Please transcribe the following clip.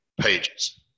pages